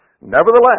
Nevertheless